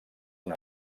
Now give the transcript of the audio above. una